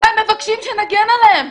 הם מבקשים שנגן עליהם.